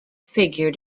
figure